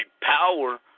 power